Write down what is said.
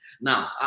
Now